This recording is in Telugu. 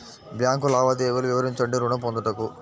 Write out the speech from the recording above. బ్యాంకు లావాదేవీలు వివరించండి ఋణము పొందుటకు?